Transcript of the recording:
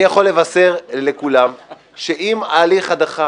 אני יכול לבשר לכולם שאם הליך ההדחה